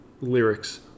lyrics